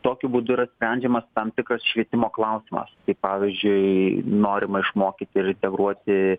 tokiu būdu yra sprendžiamas tam tikras švietimo klausimas pavyzdžiui norima išmokyti ir integruoti